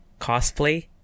cosplay